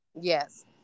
Yes